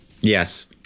Yes